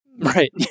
Right